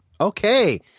Okay